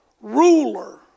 ruler